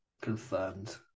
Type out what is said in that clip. Confirmed